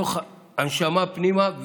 בתוך הנשמה פנימה,